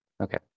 okay